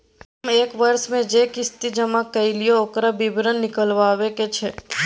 हम एक वर्ष स जे किस्ती जमा कैलौ, ओकर विवरण निकलवाबे के छै?